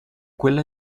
quella